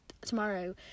tomorrow